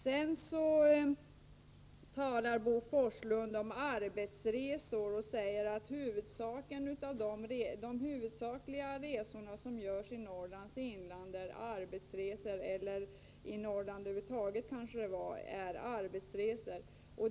Så säger Bo Forslund att de resor som görs i Norrland över huvud taget huvudsakligen är arbetsresor.